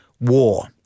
war